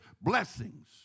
blessings